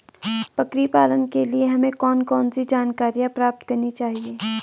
बकरी पालन के लिए हमें कौन कौन सी जानकारियां प्राप्त करनी चाहिए?